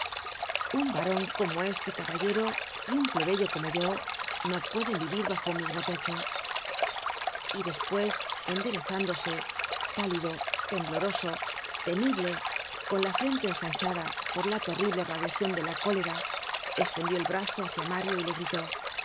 un baron como este caballero y un plebeyo como yo no pueden vivir bajo un mismo techo y despues enderezándose pálido tembloroso temible con la frente ensanchada por la terrible radiacion de la cólera estendió el brazo hácia mario y le gritó